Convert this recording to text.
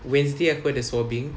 wednesday I got the swabbing